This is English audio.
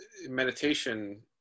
meditation